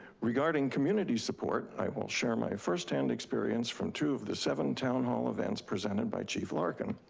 regarding community support, i will share my firsthand experience from two of the seven town hall events presented by chief larkin.